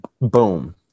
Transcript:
boom